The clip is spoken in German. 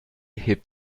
hebt